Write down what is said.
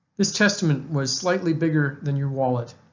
this testament was slightly bigger than your wallet.